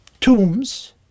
tombs